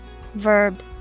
Verb